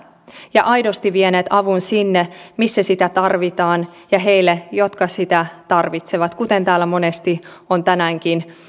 ja aidosti vieneet avun sinne missä sitä tarvitaan ja heille jotka sitä tarvitsevat kuten täällä monesti on tänäänkin